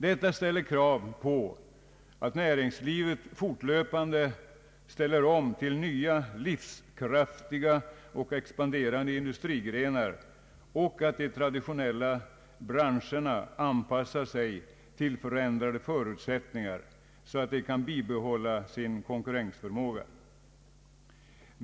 Detta kräver att näringslivet fortlöpande ställer om till nya livskraftiga och expanderande industrigrenar och att de traditionella branscherna anpassar sig till förändrade förutsättningar så att de kan bibehålla sin konkurrensförmåga.